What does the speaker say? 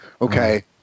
okay